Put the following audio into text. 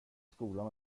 skolan